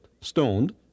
stoned